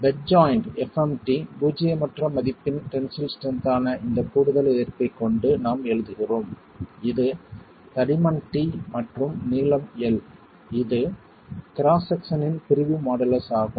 bed joint fmt பூஜ்ஜியமற்ற மதிப்பின் tensile strength ஆன இந்த கூடுதல் எதிர்ப்பைக் கொண்டு நாம் எழுதுகிறோம் இது தடிமன் t மற்றும் நீளம் l இது கிராஸ் செக்சனின் பிரிவு மாடுலஸ் ஆகும்